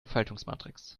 faltungsmatrix